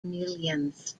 millions